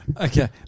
Okay